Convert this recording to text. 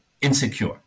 insecure